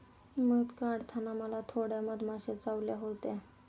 मध काढताना मला थोड्या मधमाश्या चावल्या होत्या